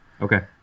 okay